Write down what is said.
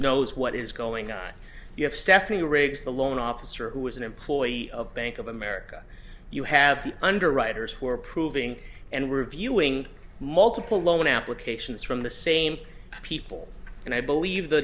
knows what is going on you have stephanie riggs the loan officer who was an employee of bank of america you have the underwriters who are proving and reviewing multiple loan applications from the same people and i believe the